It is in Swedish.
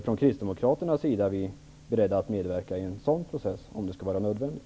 Från Kristdemokraternas sida är vi beredda att medverka i en sådan process om det skulle visa sig vara nödvändigt.